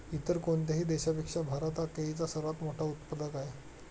इतर कोणत्याही देशापेक्षा भारत हा केळीचा सर्वात मोठा उत्पादक आहे